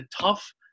tough